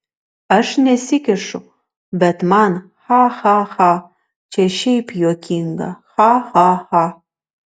aš nesikišu bet man cha cha cha čia šiaip juokinga cha cha cha